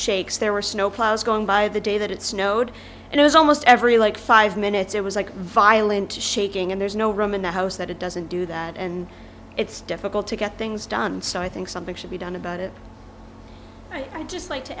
shakes there were snowplows going by the day that it snowed and it was almost every like five minutes it was like violent shaking and there's no room in the house that it doesn't do that and it's difficult to get things done so i think something should be done about it i just like to